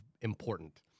important